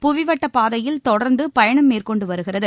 புவிவட்டப் பாதையில் தொடர்ந்து பயணம் மேற்கொண்டு வருகிறது